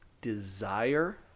desire